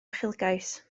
uchelgais